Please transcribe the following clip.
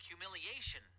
humiliation